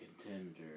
contender